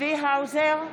צבי האוזר,